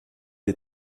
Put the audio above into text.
est